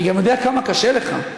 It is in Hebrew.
אני גם יודע כמה קשה לך,